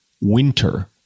winter